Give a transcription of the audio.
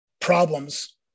problems